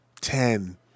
Ten